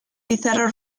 pizarro